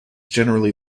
generally